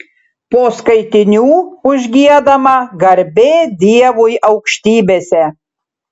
po skaitinių užgiedama garbė dievui aukštybėse